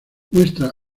muestra